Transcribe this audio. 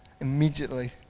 immediately